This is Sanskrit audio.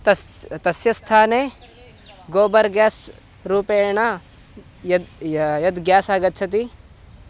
तस्य तस्य स्थाने गोबर् ग्यास् रूपेण यद् य यद् गेस् आगच्छति